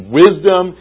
wisdom